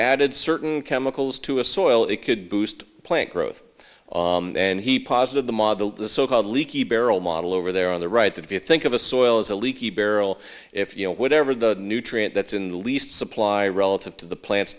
added certain chemicals to a soil it could boost plant growth and he positive the model the so called leaky barrel model over there on the right that if you think of a soil as a leaky barrel if you know whatever the nutrient that's in the least supply relative to the plants